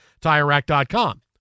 TireRack.com